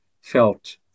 felt